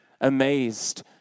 Amazed